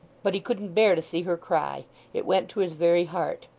but he couldn't bear to see her cry it went to his very heart.